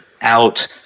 Out